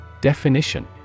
Definition